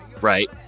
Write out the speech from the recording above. right